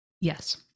Yes